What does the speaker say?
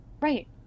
Right